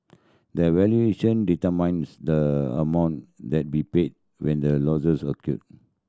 the valuation determines the amount that be paid when the losses occur